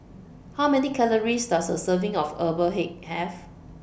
How Many Calories Does A Serving of Herbal Egg Have